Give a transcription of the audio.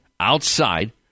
Outside